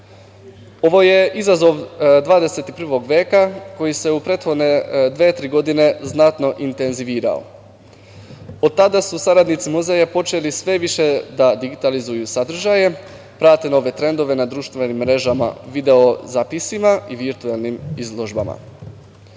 Ovo je izazov 21. veka koji se u prethodne dve, tri godine znatno intenzivirao. Od tada su saradnici muzeja počeli sve više da digitalizuju sadržaje, prate nove trendove na društvenim mrežama, video zapisima i virtuelnim izložbama. Ovo